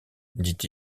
dit